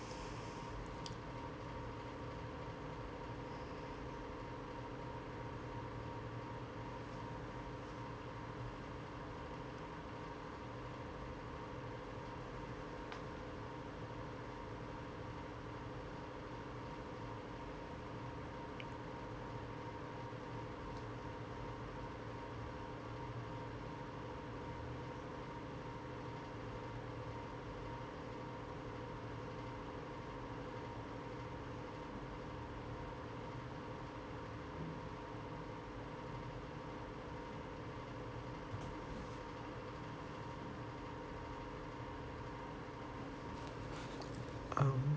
um